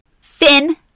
finn